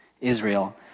Israel